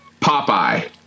Popeye